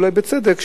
אולי בצדק,